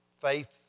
faith